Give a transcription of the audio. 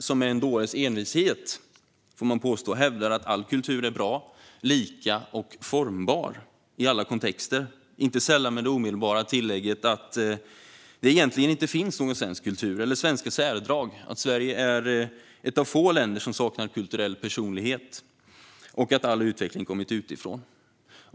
De senare hävdar med en dåres envishet att all kultur är bra, lika och formbar i alla kontexter, och inte sällan med det omedelbara tillägget att det egentligen inte finns någon svensk kultur eller svenska särdrag. De hävdar att Sverige är ett av få länder som saknar kulturell personlighet och att all utveckling kommit utifrån.